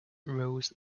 rose